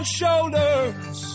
shoulders